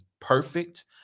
perfect